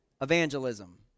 evangelism